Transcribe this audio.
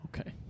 Okay